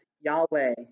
Yahweh